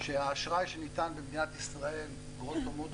כשהאשראי שניתן במדינת ישראל גרוסו מודו